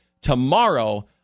tomorrow